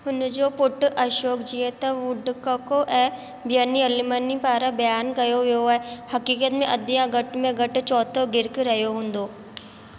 हुनजो पुटु अशोक जीअं त वुडकॉक ऐं ॿियनि अलमनी पारां बयानु कयो वियो आहे हकीकतु में अधि या घट में घटि चौथो गिर्कु रहियो हूंदो